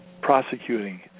prosecuting